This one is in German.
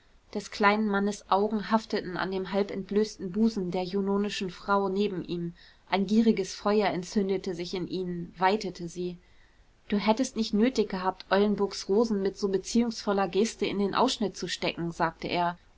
des kleinen mannes augen hafteten an dem halbentblößten busen der junonischen frau neben ihm ein gieriges feuer entzündete sich in ihnen weitete sie du hättest nicht nötig gehabt eulenburgs rosen mit so beziehungsvoller geste in den ausschnitt zu stecken sagte er